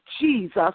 Jesus